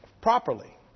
properly